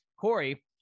Corey